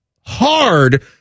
hard